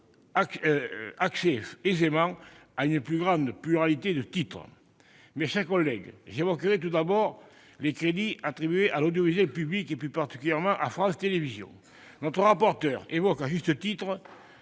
aisément à une grande pluralité de titres. Mes chers collègues, j'évoquerai tout d'abord les crédits attribués à l'audiovisuel public, plus particulièrement à France Télévisions. Notre rapporteur évoque à juste titre